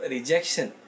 Rejection